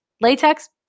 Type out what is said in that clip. Latex